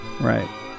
Right